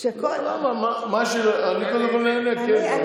קודם כול, אני נהנה, כן.